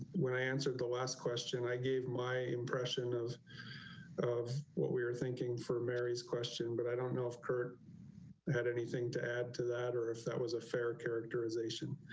when i answered the last question i gave my impression of of what we're thinking for mary's question, but i don't know if kurt had anything to add to that or if that was a fair characterization